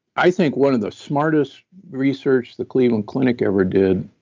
i think one of the smartest researches the cleveland clinic ever did.